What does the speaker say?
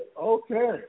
Okay